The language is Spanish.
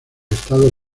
estado